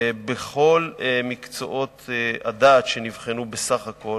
בכל מקצועות הדעת שנבחנו בסך הכול,